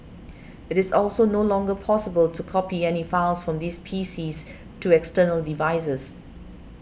it is also no longer possible to copy any files from these PCs to external devices